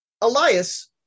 Elias